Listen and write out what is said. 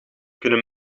kunnen